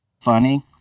funny